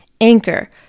Anchor